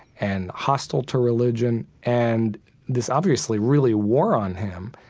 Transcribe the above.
and hostile to religion. and this obviously really wore on him.